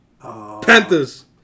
Panthers